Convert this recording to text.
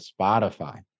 Spotify